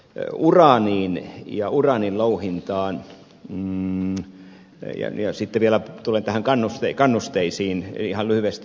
eu uraaniin ja uraanin louhintaan ja sitten vielä näihin kannusteisiin siitä ihan lyhyesti